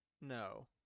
no